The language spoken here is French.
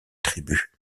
tribus